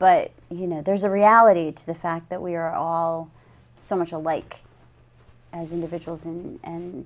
but you know there's a reality to the fact that we are all so much alike as individuals and